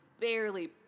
barely